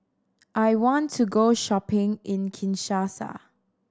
I want to go shopping in Kinshasa